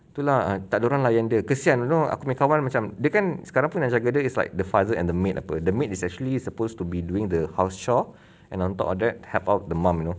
tu lah err takde orang lah yang dia kesian you know aku punya kawan macam dia kan sekarang pun yang jaga dia it's like the father and the maid apa the maid is actually supposed to be doing the house chore and on top of that help out mum you know